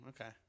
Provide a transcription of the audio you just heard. Okay